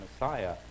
messiah